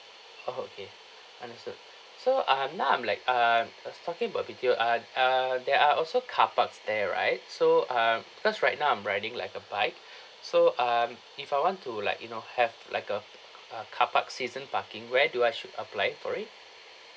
oh okay understood so I'm now I'm like um I was talking about B_T_O ah ah there are also car parks there right so um because right now I'm riding like a bike so um if I want to like you know have like a uh car park season parking where do I should apply for it